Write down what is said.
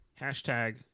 Hashtag